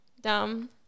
dumb